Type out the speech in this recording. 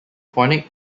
chronic